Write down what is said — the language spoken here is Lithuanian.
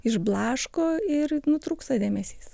išblaško ir nutrūksta dėmesys